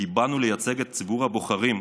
כי באנו לייצג את ציבור הבוחרים,